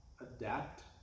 adapt